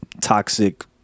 toxic